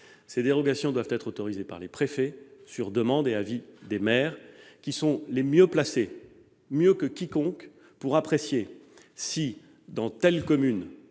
Ces dérogations doivent être accordées par les préfets, après demande et avis des maires, lesquels sont mieux placés que quiconque pour apprécier si, dans telle commune,